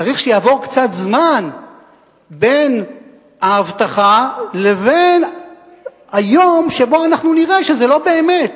צריך שיעבור קצת זמן בין ההבטחה לבין היום שבו אנחנו נראה שזה לא באמת,